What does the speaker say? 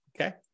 Okay